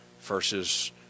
versus –